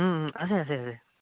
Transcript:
আছে আছে আছে